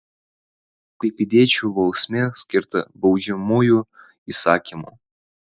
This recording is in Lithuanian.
klaipėdiečiui bausmė skirta baudžiamuoju įsakymu